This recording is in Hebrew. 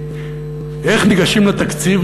הבעיה המרכזית היא איך ניגשים לתקציב,